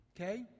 Okay